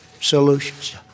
solutions